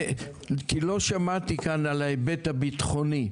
לא שמעתי כאן על ההיבט הביטחוני,